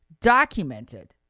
documented